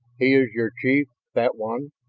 he is your chief, that one?